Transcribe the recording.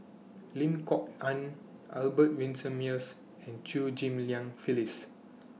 Lim Kok Ann Albert Winsemius and Chew Ghim Lian Phyllis